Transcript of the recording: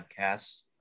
podcast